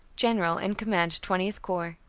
general, in command twentieth corps.